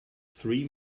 three